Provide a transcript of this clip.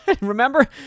Remember